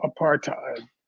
apartheid